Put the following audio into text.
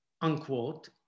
unquote